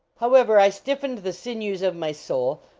however, i stiffened the sinews of my soul,